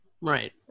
Right